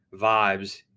vibes